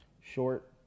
short